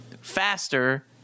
faster